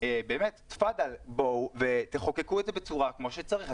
באמת, תפדאל, בואו ותחוקקו את זה בצורה כמו שצריך.